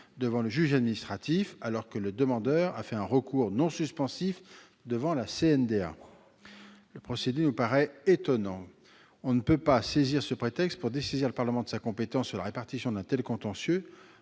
devant le juge administratif, alors que le demandeur a fait un recours non suspensif devant la CNDA. Le procédé utilisé me semble étonnant : on ne peut pas saisir ce prétexte pour dessaisir le Parlement de sa compétence sur la répartition de ce contentieux,